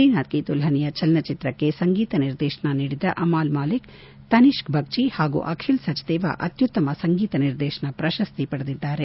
ಬದರಿನಾಥ್ ಕೀ ದುಲ್ಲನಿಯಾ ಚಲನಚಿತ್ರಕ್ಷೆ ಸಂಗೀತ ನಿರ್ದೇಶನ ನೀಡಿದ ಅಮಾಲ್ ಮಾಲೀಕ್ ತನಿಷ್ಲೆ ಬಗ್ಗಿ ಹಾಗೂ ಅಖಿಲ್ ಸಚ್ದೇವ ಅತ್ತುತ್ತಮ ಸಂಗೀತ ನಿರ್ದೇಶನ ಪ್ರಶಸ್ನಿ ಪಡೆದಿದ್ದಾರೆ